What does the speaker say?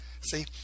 See